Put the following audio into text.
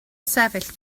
sefyll